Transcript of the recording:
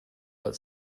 but